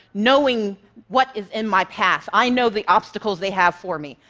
knowing what is in my past. i know the obstacles they have for me.